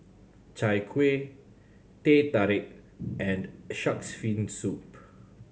Chai Kuih Teh Tarik and Shark's Fin Soup